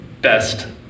best